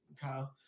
Kyle